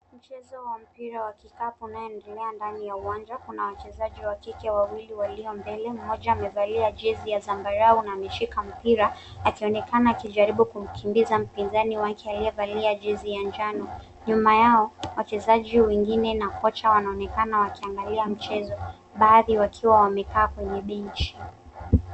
Mchezo wa mpira wa kikapu unaoendelea ndani ya uwanja. Kuna wachezaji wakike wawili walio mbele, mmoja amevalia jezi ya zambarau na ameshika mpira akionekana akijaribu kumkimbiza mpinzani wake aliyevalia jezi ya njano. Nyuma yao wachezaji wengine na kocha wanaonekana wakiangalia mchezo; baadhi wakiwa wamekaa kwenye benchi.